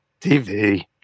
TV